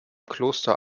kloster